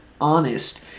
honest